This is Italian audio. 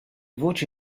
voci